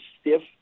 stiff